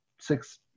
six